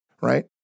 right